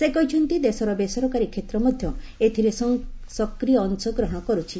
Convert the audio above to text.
ସେ କହିଛନ୍ତି ଦେଶର ବେସରକାରୀ କ୍ଷେତ୍ର ମଧ୍ୟ ଏଥିରେ ସକ୍ରିୟ ଅଂଶଗ୍ରହଣ କରୁଛି